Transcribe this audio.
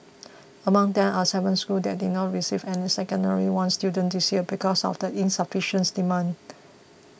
among them are seven schools that did not receive any Secondary One students this year because of insufficient demand